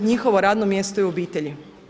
Njihovo radno mjesto je u obitelji.